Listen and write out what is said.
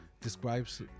describes